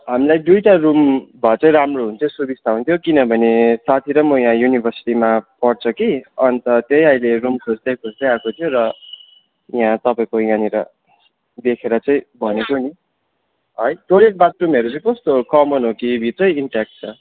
हामीलाई दुईवटा रुम भए चाहिँ राम्रो हुन्थ्यो सुबिस्ता हुन्थ्यो किनभने साथी र म यहाँ युनिभर्सिटीमा पढ्छ कि अन्त त्यही अहिले रुम खोज्दै खोज्दै आएको थियो र यहाँ तपाईँको यहाँनिर देखेर चाहिँ भनेको नि है टोइलेट बाथरुमहरू चाहिँ कस्तो कमन हो कि भित्रै इन्टेक्ट छ